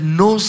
no